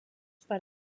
per